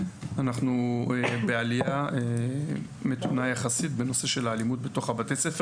אנחנו בעלייה יחסית בנושא של האלימות בתוך בתי-הספר.